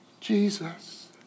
Jesus